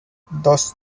dos